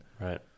Right